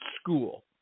school